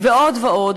ועוד ועוד,